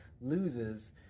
loses